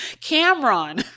Cameron